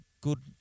good